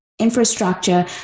infrastructure